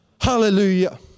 hallelujah